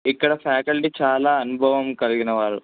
ఇక్కడ ఫ్యాకల్టీ చాలా అనుభవం కలిగిన వారు